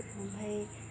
ओमफाय